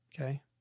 Okay